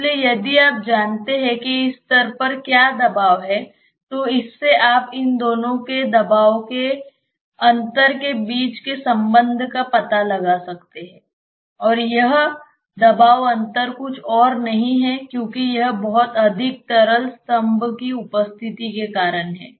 इसलिए यदि आप जानते हैं कि इस स्तर पर क्या दबाव है तो इससे आप इन दोनों के दबाव के अंतर के बीच के संबंध का पता लगा सकते हैं और यह दबाव अंतर कुछ और नहीं है क्योंकि यह बहुत अधिक तरल स्तंभ की उपस्थिति के कारण है